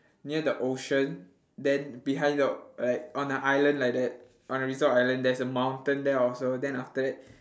near the ocean then behind the like on a island like that on a resort island there's a mountain there also then after that